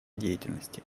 деятельности